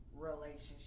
relationship